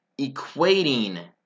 equating